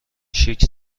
شیک